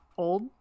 Old